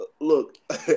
Look